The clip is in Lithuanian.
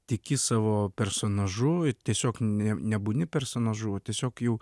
tiki savo personažuir tiesiog ne nebūni personažuo tiesiog jau